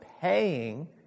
paying